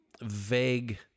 vague